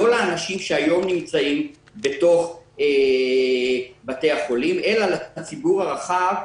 לא לאנשים שהיום נמצאים בתוך בתי החולים אלא לציבור הרחב.